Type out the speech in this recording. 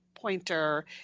pointer